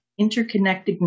interconnectedness